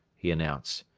he announced.